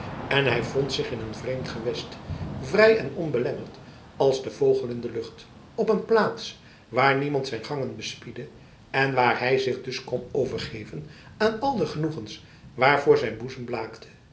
en hij vond zich in een vreemd gewest vrij en onbelemmerd als de vogel in de lucht op een plaats waar niemand zijn gangen bespiedde en waar hij zich dus kon overgeven aan al de genoegens waarvoor zijn boezem blaakte